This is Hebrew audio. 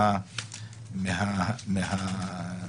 נערכו למעלה מ-33,000 ביקורות במסגרת ביקורת ניהול ספרים.